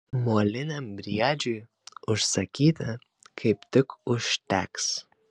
moliniam briedžiui užsakyti kaip tik užteks